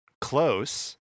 close